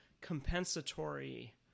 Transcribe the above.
compensatory